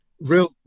real